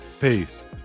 Peace